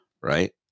Right